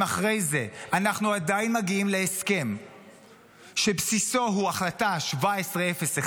אם אחרי זה אנחנו עדיין מגיעים להסכם שבסיסו הוא החלטה 1701,